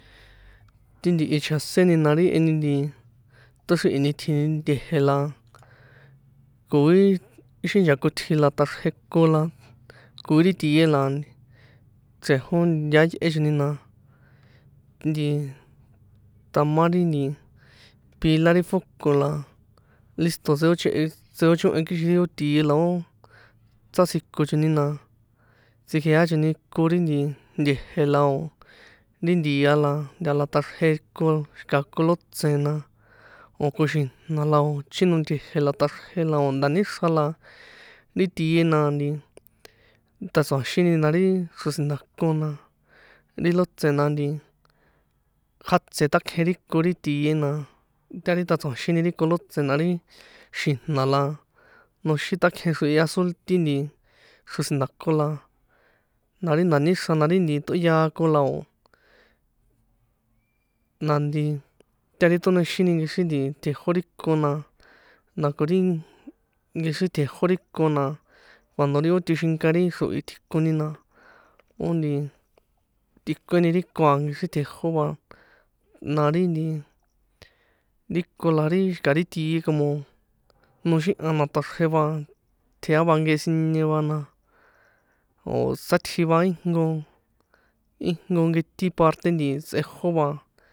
Ti ntihi chjaséni, na ri e ni nti ṭoxríhi̱ni tji̱ni nte̱je̱, la ko ri xi ncha̱kotjin na ṭaxrje ko la ko ri tie la xrejo yaá yꞌe chojni, na nti tama ri nti pila ri foco la listo tseochehe, tseochohen kixin ó tie la ó sátsjiko choni, na tsikjea choni ko ri nte̱je̱, la o̱ ri nti̱a nta la taxrje ko, xi̱ka kolótse̱n na, o̱ koxi̱jna, la o̱ chino nte̱je̱ la taxrje, la o̱ nda̱nixra, la ri tie na nti ṭatsua̱xini na ri xro̱sinda̱kon, na ri lotse̱n na, nti kjátse ṭakjen ri kon ri tie, na ta ri ṭatsua̱nxini ri kolótse̱n, na ri xi̱jna la nóxin takjen xrohi azul ti nti xro̱sinda̱kon, la la ri nda̱níxran la ri tꞌóyákon la o̱ na nti ta ri ṭonoexini kexri nti tjejó ri ko, na na ko ri nkexrí tjejó ri ko, na cuando ri ó tixinka ri xrohi tjikoni na ó nti tikueni ri ko a kexri tjejó va, nari nti ri ko la ri xi̱ka̱ ri tie como noxíha na taxrje va, tjea va nke sinie va, na o̱ sátji va ijnko, ijnko nketi parte nti tsꞌejó va.